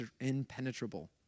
impenetrable